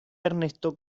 ernesto